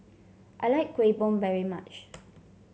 I like Kueh Bom very much